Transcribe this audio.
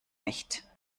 nicht